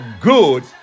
good